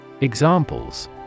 Examples